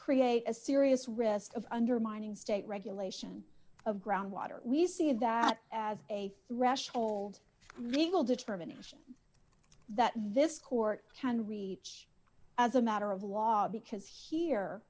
create a serious risk of undermining state regulation of groundwater we see that as a threshold legal determination that this court can reach as a matter of law because here